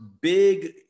big